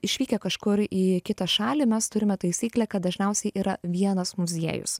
išvykę kažkur į kitą šalį mes turime taisyklę kad dažniausiai yra vienas muziejus